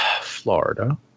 Florida